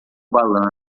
balanço